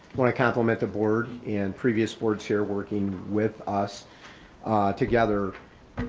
wanna compliment the board and previous boards here working with us together.